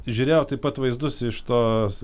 žiūrėjau taip pat vaizdus iš tos